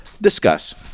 Discuss